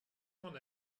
mon